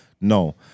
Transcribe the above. no